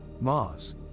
Mars